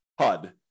HUD